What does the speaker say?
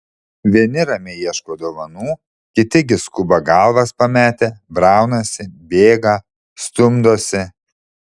vieni ramiai ieško dovanų kiti gi skuba galvas pametę braunasi bėga stumdosi